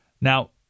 Now